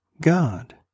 God